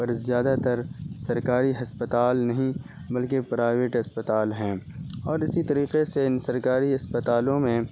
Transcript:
پر زیادہ تر سرکاری ہسپتال نہیں بلکہ پرائیویٹ اسپتال ہیں اور اسی طریقے سے ان سرکاری اسپتالوں میں